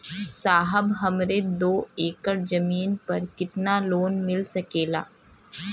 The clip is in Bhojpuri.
साहब हमरे दो एकड़ जमीन पर कितनालोन मिल सकेला?